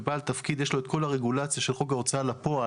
ובעל תפקיד יש לו את כל הרגולציה של חוק ההוצאה לפועל,